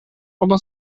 oba